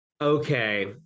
Okay